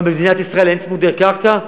מה, במדינת ישראל אין צמודי קרקע?